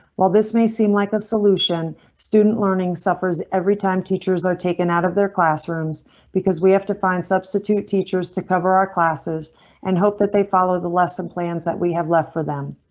while this may seem like a solution, student learning suffers everytime teachers are taken out of their classrooms because we have to find substitute teachers to cover our classes and hope that they follow the lesson plans that we have left for them.